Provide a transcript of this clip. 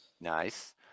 Nice